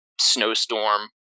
snowstorm